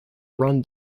run